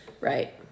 right